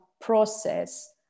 process